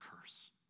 curse